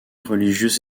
religieuse